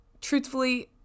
truthfully